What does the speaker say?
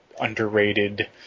underrated